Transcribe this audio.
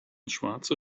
schwarze